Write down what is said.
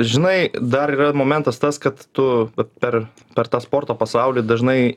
žinai dar yra momentas tas kad tu per per tą sporto pasaulį dažnai